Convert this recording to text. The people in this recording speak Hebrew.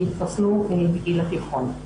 יתחסנו בגיל התיכון.